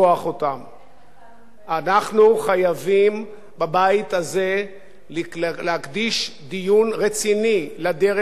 אנחנו חייבים בבית הזה להקדיש דיון רציני לדרך שבה מתנהלת מדינת ישראל.